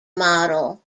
model